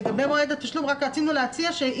לגבי מועד התשלום, רצינו להציע.